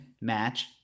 match